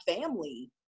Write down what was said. family